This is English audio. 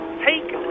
take